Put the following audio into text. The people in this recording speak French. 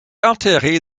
enterré